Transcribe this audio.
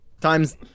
times